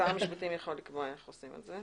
שר המשפטים יכול לקבוע איך עושים את זה,